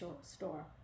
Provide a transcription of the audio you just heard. store